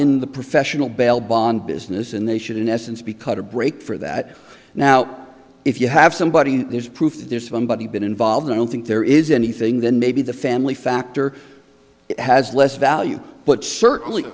in the professional bail bond business and they should in essence be cut a break for that now if you have somebody who is proof there's one body been involved i don't think there is anything then maybe the family factor has less value but certainly